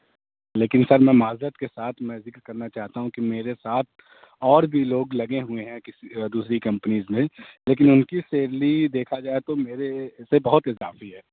لیکن سر میں معذرت کے ساتھ میں ذکر کرنا چاہتا ہوں کہ میرے ساتھ اور بھی لوگ لگے ہوئے ہیں کسی دوسری کمپنیز میں لیکن ان کی سیلی دیکھا جائے تو میرے سے بہت اضافی ہے